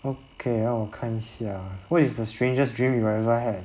okay 让我看一下 what is the strangest dream you ever had